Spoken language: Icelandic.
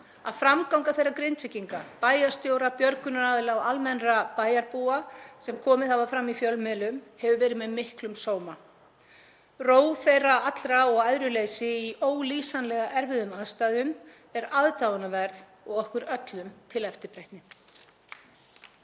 að framganga þeirra Grindvíkinga, bæjarstjóra, björgunaraðila og almennra bæjarbúa sem komið hafa fram í fjölmiðlum hefur verið með miklum sóma. Ró þeirra allra og æðruleysi í ólýsanlega erfiðum aðstæðum er aðdáunarverð og okkur öllum til eftirbreytni.